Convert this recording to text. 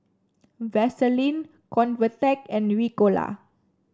Vaselin Convatec and Ricola